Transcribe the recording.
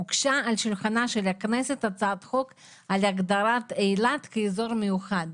שלא פעם הוגשה על שולחנה של הכנסת הצעת חוק על הגדרת אילת כאזור יוחד.